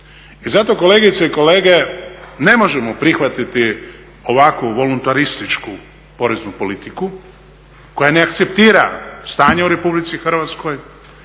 I zato kolegice i kolege ne možemo prihvatiti ovakvu voluntarističku poreznu politiku koja ne akceptira stanje u Republici Hrvatskoj,